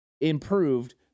improved